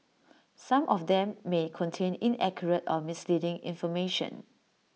some of them may contain inaccurate or misleading information